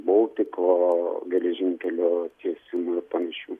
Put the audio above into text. boltiko geležinkelio tiesimų ir panašių